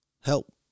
help